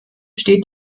steht